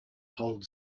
hold